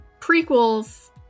prequels